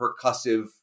percussive